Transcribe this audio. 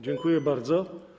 Dziękuję bardzo.